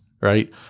right